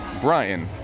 Brian